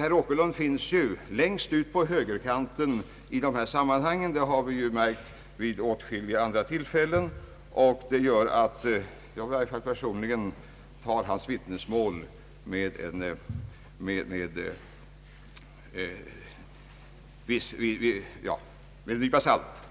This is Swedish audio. Herr Åkerlund finns ju längst ute på högerkanten i det politiska livet. Det har vi märkt vid åtskilliga andra bas tillfällen, och det gör att jag i varje fall personligen tar hans vittnesmål med en nypa salt.